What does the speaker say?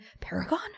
Paragon